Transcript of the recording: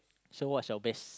so what's your best